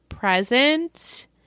present